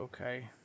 okay